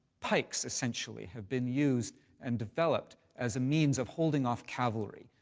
pikes, essentially, have been used and developed as a means of holding off cavalry.